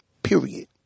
Period